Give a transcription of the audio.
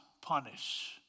punish